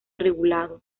regulado